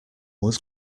was